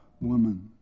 woman